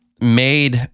made